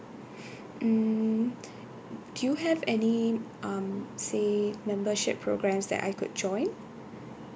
mm do you have any um say membership programs that I could join